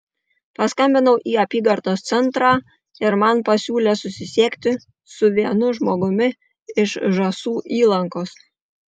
paskambinau į apygardos centrą ir man pasiūlė susisiekti su vienu žmogumi iš žąsų įlankos